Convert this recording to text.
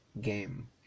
game